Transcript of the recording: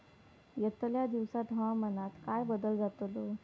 यतल्या दिवसात हवामानात काय बदल जातलो?